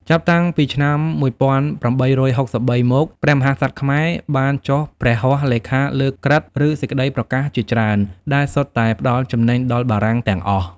ចាប់តាំងពីឆ្នាំ ១៨៦៣ មក ព្រះមហាក្សត្រខ្មែរ បានចុះព្រះហស្ថលេខាលើក្រឹត្យ ឬ សេចក្ដីប្រកាសជាច្រើន ដែលសុទ្ធតែផ្ដល់ចំណេញដល់បារាំងទាំងអស់។